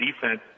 defense